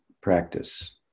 practice